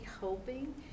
hoping